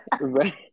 Right